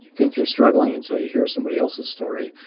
think you're struggling until you hear somebody elses story.